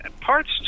parts